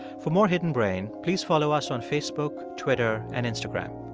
for more hidden brain, please follow us on facebook, twitter and instagram.